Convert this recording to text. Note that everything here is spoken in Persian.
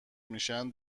میشن